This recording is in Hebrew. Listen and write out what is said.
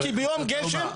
שביום של גשם,